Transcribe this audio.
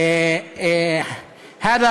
(אומר דברים בשפה הערבית,